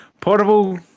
portable